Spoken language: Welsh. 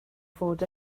fod